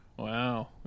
Wow